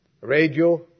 radio